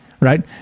right